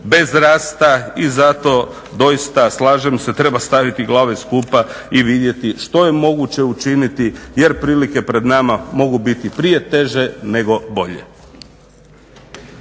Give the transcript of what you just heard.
bez rasta i zato doista slažem se treba staviti glave skupa i vidjeti što je moguće učiniti jer prilike pred nama mogu biti prije teže nego bolje.